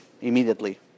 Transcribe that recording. immediately